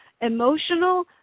emotional